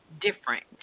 different